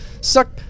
suck